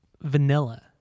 vanilla